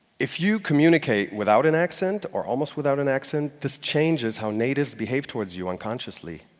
if you communicate without an accent or almost without an accent, this changes how natives behave towards you unconsciously,